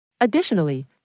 Additionally